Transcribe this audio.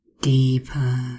deeper